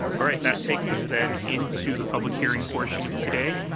all right. that takes us then into the public hearing portion of today.